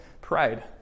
Pride